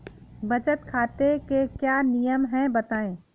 बचत खाते के क्या नियम हैं बताएँ?